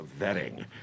vetting